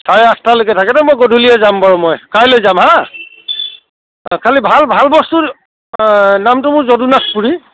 চাৰে আঠটালৈকে থাকে ন' মই গধূলিয়ে যাম বাৰু মই কাইলৈ যাম হা খালী ভাল ভাল বস্তু নামটো মোৰ